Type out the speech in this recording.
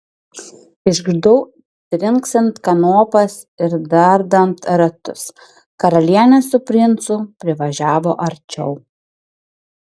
išgirdau trinksint kanopas ir dardant ratus karalienė su princu privažiavo arčiau